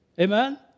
Amen